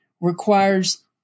requires